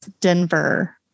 Denver